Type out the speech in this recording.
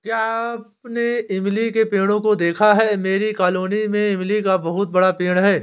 क्या आपने इमली के पेड़ों को देखा है मेरी कॉलोनी में इमली का बहुत बड़ा पेड़ है